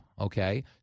Okay